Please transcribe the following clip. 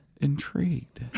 intrigued